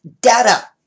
data